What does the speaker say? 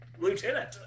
lieutenant